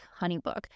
HoneyBook